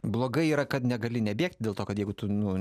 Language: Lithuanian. blogai yra kad negali nebėgt dėl to kad jeigu tu nu